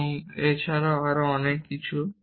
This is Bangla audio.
এবং আরও অনেক কিছু